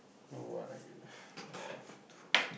no what I guess